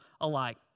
alike